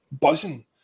buzzing